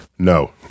No